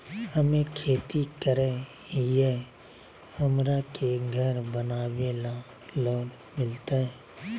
हमे खेती करई हियई, हमरा के घर बनावे ल लोन मिलतई?